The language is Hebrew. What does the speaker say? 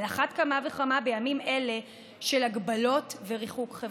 על אחת כמה וכמה בימים אלה של הגבלות וריחוק חברתי.